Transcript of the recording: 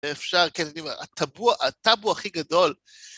אפשר, כן, אני אומר, הטאבו הכי גדול.